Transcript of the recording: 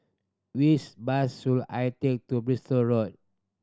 which bus should I take to Bristol Road